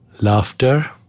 laughter